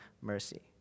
mercy